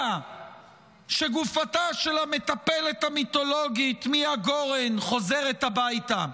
שגופתה של המטפלת המיתולוגית מיה גורן חוזרת הביתה.